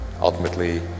ultimately